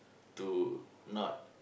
to not